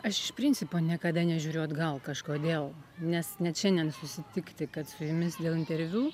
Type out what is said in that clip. aš iš principo niekada nežiūriu atgal kažkodėl nes net šiandien susitikti kad su jumis dėl interviu